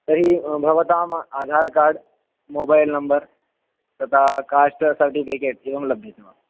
तर्हि भवताम् Aadhaar card mobile number तथा कास्ट सर्टिफ़िकेट् एवं लभ्यते वा